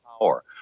power